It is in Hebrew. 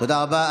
תודה רבה.